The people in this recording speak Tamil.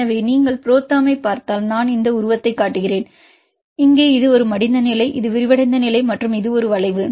எனவே நீங்கள் புரோதெர்ம் ஐப் பார்த்தால் நான் இந்த உருவத்தைக் காட்டுகிறேன் இங்கே இது ஒரு மடிந்த நிலை இது விரிவடைந்த நிலை மற்றும் இது ஒரு வளைவு